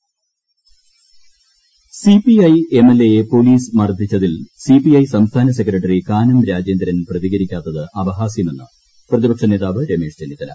മരത്രര പ്രതിപക്ഷ നേതാവ് സിപിഐ എംഎൽഎയെ പൊലീസ് മർദ്ദിച്ചതിൽ സിപിഐ സംസ്ഥാന സെക്രട്ടറി കാനം രാജേന്ദ്രൻ പ്രതികരിക്കാത്തത് അപഹാസ്യമെന്ന് പ്രതിപക്ഷ നേതാവ് രമേശ് ചെന്നിത്തല